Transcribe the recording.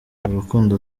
urukundo